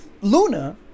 Luna